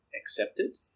accepted